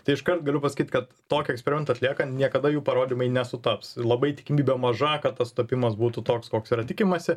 tai iškart galiu pasakyt kad tokį eksperimentą atliekant niekada jų parodymai nesutaps labai tikimybė maža kad tas sutapimas būtų toks koks yra tikimasi